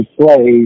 play